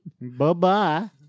Bye-bye